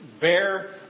bear